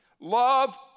Love